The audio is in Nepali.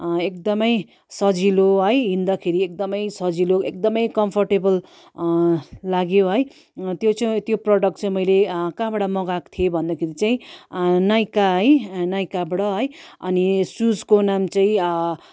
एकदमै सजिलो है हिँड्दाखेरि एकदमै सजिलो एकदमै कम्फर्टेबल लाग्यो है त्यो चाहिँ त्यो प्रडक्ट चाहिँ मैले कहाँबाट मगाएको थिएँ भन्दाखेरि चाहिँ नाइका है नाइकाबाट है अनि सुजको नाम चाहिँ